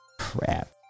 Crap